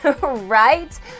Right